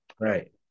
right